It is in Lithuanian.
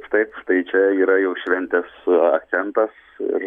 taip tai čia yra jau šventės akcentas ir